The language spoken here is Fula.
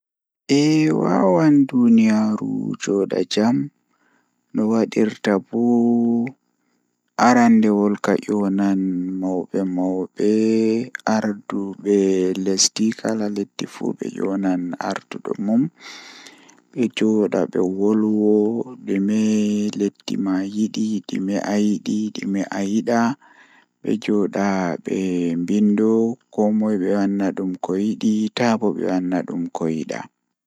Ko ɗum no waawugol, kono neɗɗo waɗataa waɗde heɓde sooyɗi e waɗal ɓuri. Nde a waawi heɓde sooyɗi, ɗuum njogitaa goongɗi e jam e laaɓugol. Kono nde a heɓi njogordu e respect, ɗuum woodani waawugol ngir heɓde hakkilagol e njarɗi, njikataaɗo goongɗi. Nde e waɗi wattan, ko waɗa heɓde respet e ɓuri jooni.